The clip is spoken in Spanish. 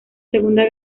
segunda